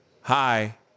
Hi